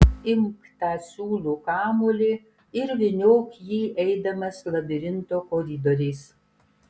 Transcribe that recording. imk tą siūlų kamuolį ir vyniok jį eidamas labirinto koridoriais